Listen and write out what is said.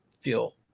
feel